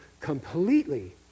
completely